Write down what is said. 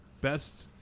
Best